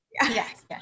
Yes